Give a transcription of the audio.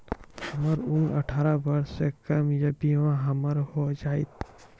हमर उम्र अठारह वर्ष से कम या बीमा हमर हो जायत?